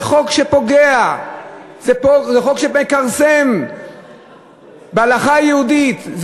זה חוק שפוגע, זה חוק שמכרסם בהלכה היהודית.